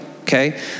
okay